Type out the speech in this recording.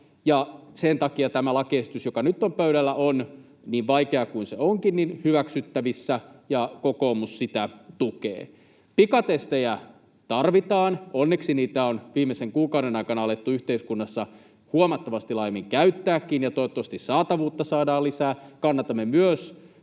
Sen takia tämä lakiesitys, joka nyt on pöydällä, niin vaikea kuin se onkin, on hyväksyttävissä ja kokoomus sitä tukee. Pikatestejä tarvitaan. Onneksi niitä on viimeisen kuukauden aikana alettu yhteiskunnassa huomattavasti laajemmin käyttääkin, ja toivottavasti saatavuutta saadaan lisää. Kannatamme myös